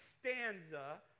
stanza